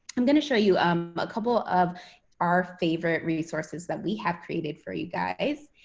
i'm going to show you um a couple of our favorite resources that we have created for you guys.